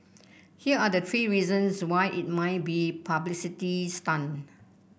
here are the three reasons why it might be publicity stunt